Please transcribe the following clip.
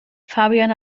fabian